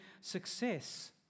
success